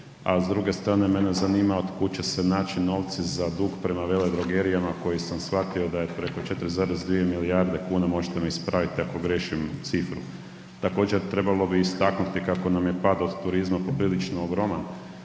A s druge mene zanima od kud će se naći novci za dug prema veledrogerijama koji sam shvatio da je preko 4,2 milijarde kuna, možete me ispraviti ako griješim cifru. Također trebalo bi istaknuti kako nam je pad od turizma poprilično ogroman.